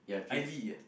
I_V ah